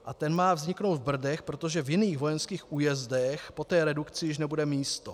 A ten má vzniknout v Brdech, protože v jiných vojenských újezdech po té redukci už nebude místo.